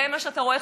זה מה שאתה רואה,